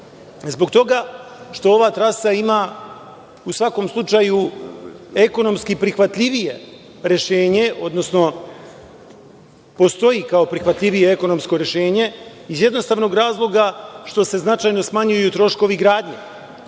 Zbog toga što ova trasa ima, u svakom slučaju, ekonomski prihvatljivije rešenje, odnosno postoji kao prihvatljivije ekonomsko rešenje iz jednostavnog razloga što se značajno smanjuju troškovi gradnje,